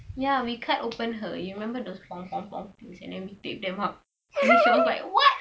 ya we cut open her you remember those things and then we tape them up and then she was like what